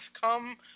come